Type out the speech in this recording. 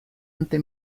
ante